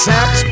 Sex